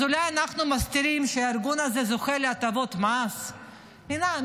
אז אולי אנחנו מסתירים שהארגון הזה זוכה להטבות מס מאיתנו.